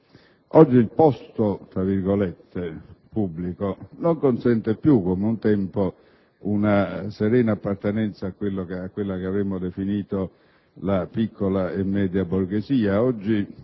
Oggi il «posto pubblico» non consente più, come un tempo, una serena appartenenza a quella che avremmo definito la piccola o media borghesia.